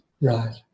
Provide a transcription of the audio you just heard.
Right